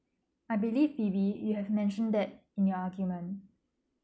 I believe phoebe you have mentioned that in your argument